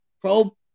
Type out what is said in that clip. Pro